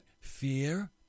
fear